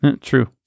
true